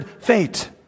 fate